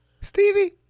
Stevie